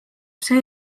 see